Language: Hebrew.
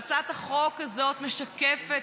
והצעת החוק הזאת משקפת,